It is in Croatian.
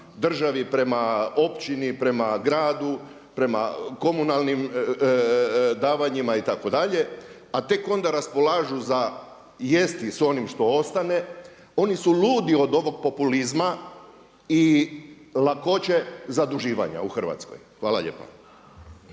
državi, prema općini, prema gradu, prema komunalnim davanjima itd. a tek onda raspolažu za jesti s onim što ostane oni su ludi od ovog populizma i lakoće zaduživanja u Hrvatskoj. Hvala lijepa.